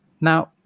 now